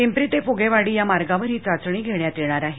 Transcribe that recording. पिंपरीते फुगेवाडी या मार्गावर ही चाचणी घेण्यात येणार आहे